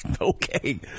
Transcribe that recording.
Okay